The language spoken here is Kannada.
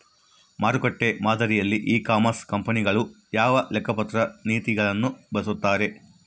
ಮಾರುಕಟ್ಟೆ ಮಾದರಿಯಲ್ಲಿ ಇ ಕಾಮರ್ಸ್ ಕಂಪನಿಗಳು ಯಾವ ಲೆಕ್ಕಪತ್ರ ನೇತಿಗಳನ್ನು ಬಳಸುತ್ತಾರೆ?